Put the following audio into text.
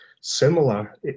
similar